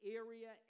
area